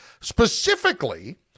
Specifically